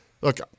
look